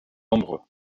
nombreux